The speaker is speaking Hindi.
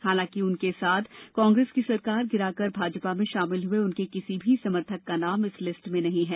हालांकिसाथ कांग्रेस की सरकार गिराकर भाजपा में शामिल हुए उनके किसी भी समर्थक का नाम इस लिस्ट में नहीं है